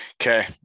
Okay